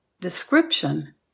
description